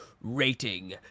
rating